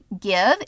give